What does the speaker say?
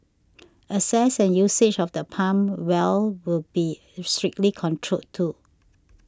access and usage of the pump well will be strictly controlled too